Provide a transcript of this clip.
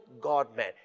God-man